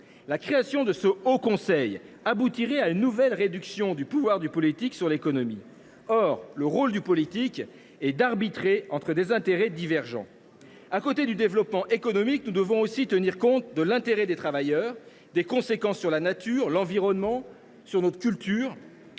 La création de ce haut conseil conduirait à une nouvelle réduction du pouvoir du politique sur l’économie. Or le rôle du politique est d’arbitrer entre des intérêts divergents ! En plus du développement économique, nous devons aussi tenir compte de l’intérêt des travailleurs ainsi que des conséquences des normes sur la nature, sur l’environnement ou sur notre culture.